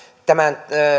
tämän